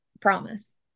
promise